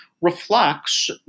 reflects